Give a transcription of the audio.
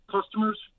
customers